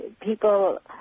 people